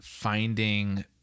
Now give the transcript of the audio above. Finding